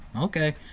Okay